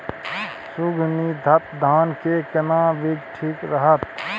सुगन्धित धान के केना बीज ठीक रहत?